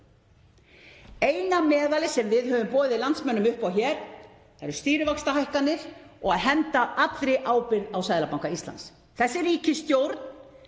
Eina meðalið sem við höfum boðið landsmönnum upp á hér eru stýrivaxtahækkanir og að henda allri ábyrgð á Seðlabanka Íslands. Þessi ríkisstjórn